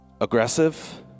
aggressive